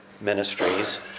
Ministries